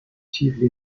chiefly